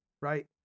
right